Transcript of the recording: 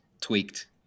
tweaked